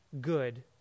good